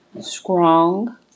Strong